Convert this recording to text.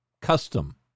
custom